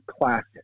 classic